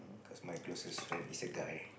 cause my closest friend is a guy